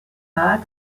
rat